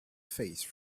face